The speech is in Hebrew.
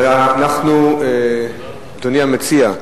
אדוני המציע,